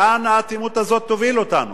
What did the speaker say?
לאן האטימות הזאת תוביל אותנו?